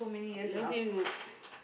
love him ah